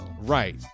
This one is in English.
right